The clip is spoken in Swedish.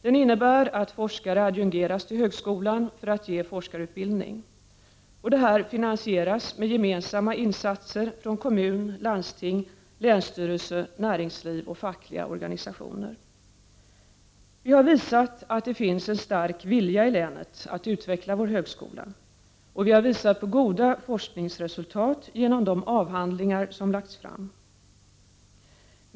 Den innebär att forskare adjungeras till högskolan för att ge forskarutbildning. Det finansieras med gemensamma insatser från kommun, landsting, länsstyrelse, näringsliv och fackliga organisationer. Vi har visat att det finns en stark vilja i länet att utveckla vår högskola, och vi har visat på goda forskningsresultat genom de avhandlingar som lagts fram.